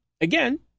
again